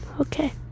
Okay